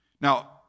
Now